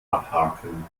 abhaken